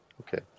Okay